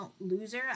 loser